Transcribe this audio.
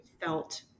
felt